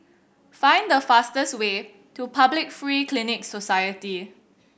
find the fastest way to Public Free Clinic Society